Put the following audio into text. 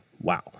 Wow